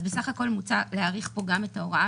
אז בסך הכול מוצע להאריך פה גם את ההוראה